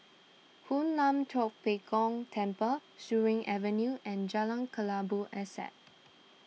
Hoon Lam Tua Pek Kong Temple Surin Avenue and Jalan Kelabu Asap